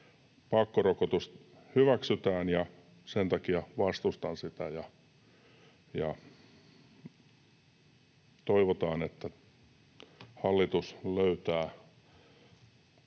pakkorokotus hyväksytään, ja sen takia vastustan sitä. Toivotaan, että hallitus löytää